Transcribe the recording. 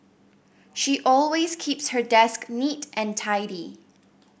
she always keeps her desk neat and tidy